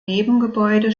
nebengebäude